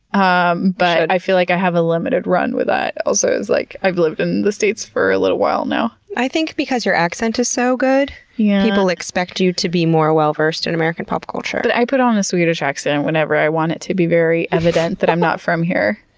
um but i feel like i have a limited run with that also. like i've lived in the states for a little while now. i think because your accent is so good yeah people expect you to be more well versed in american pop culture. but i put on the swedish accent whenever i want it to be very evident that i'm not from here.